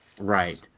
Right